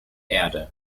erde